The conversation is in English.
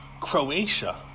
Croatia